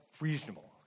reasonable